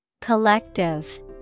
Collective